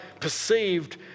perceived